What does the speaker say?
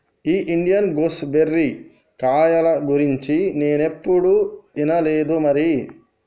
ఈ Indian gooseberry కాయల గురించి నేనేప్పుడు ఇనలేదు మరి